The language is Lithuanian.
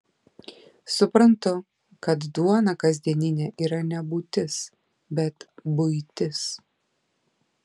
suprantu kad duona kasdieninė yra ne būtis bet buitis